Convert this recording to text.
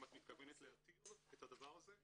אם את מתכוונת להתיר את הדבר הזה,